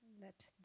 Let